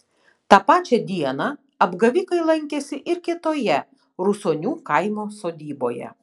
tą pačią dieną apgavikai lankėsi ir kitoje rusonių kaimo sodyboje